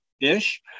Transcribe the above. ish